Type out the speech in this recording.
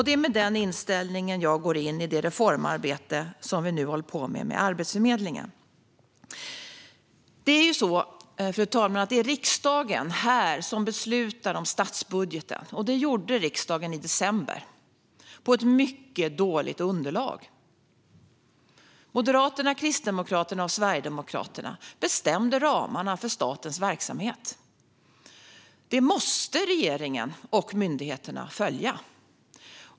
Det är med den inställningen jag går in i det reformarbete som nu pågår med Arbetsförmedlingen. Fru talman! Det är riksdagen som beslutar om statsbudgeten, och det gjorde riksdagen i december på ett mycket dåligt underlag. Moderaterna, Kristdemokraterna och Sverigedemokraterna bestämde ramarna för statens verksamhet, och dessa måste regeringen och myndigheterna följa.